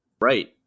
Right